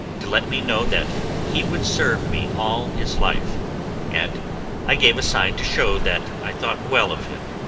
to let me know that he would serve me all his life and i gave a sign to show that i thought well of him.